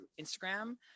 Instagram